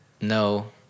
No